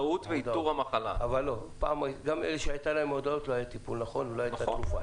אבל פעם גם למרות שהייתה מודעות לא היה טיפול נכון ולא הייתה תרופה.